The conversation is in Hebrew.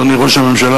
אדוני ראש הממשלה,